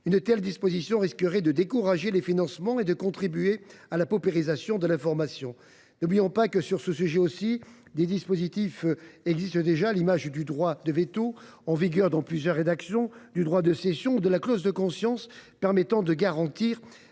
Une telle disposition risquerait de décourager les financements et de contribuer à la paupérisation de l’information. N’oublions pas que, sur ce sujet aussi, des dispositifs existent déjà, à l’image du droit de veto, en vigueur dans plusieurs rédactions, du droit de cession ou de la clause de conscience. Ils permettent de garantir